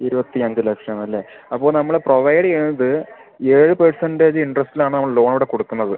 ഇരുപത്തിയഞ്ച് ലക്ഷം അല്ലെ അപ്പോൾ നമ്മൾ പ്രൊവൈഡ് ചെയ്യുന്നത് ഏഴ് പെഴ്സെന്റേജ് ഇൻ്ററസ്റ്റിൽ ആണ് നമ്മള് ലോൺ ഇവിടെ കൊടുക്കുന്നത്